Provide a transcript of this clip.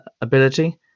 ability